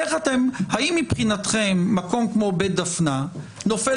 האם מבחינתכם מקום כמו בית דפנה נופל